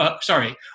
Sorry